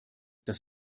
das